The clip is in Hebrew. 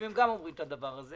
אם הם גם אומרים את הדבר הזה,